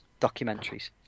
documentaries